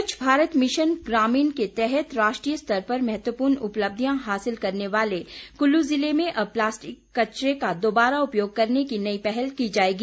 स्वच्छ भारत मिशन ग्रामीण के तहत राष्ट्रीय स्तर पर महत्वपूर्ण उपलब्धियां हासिल करने वाले कुल्लू जिले में अब प्लास्टिक कचरे का दोबारा उपयोग करने की नई पहल की जाएगी